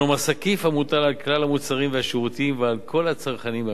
הינו מס עקיף המוטל על כלל המוצרים והשירותים ועל כל הצרכנים במשק.